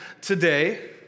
today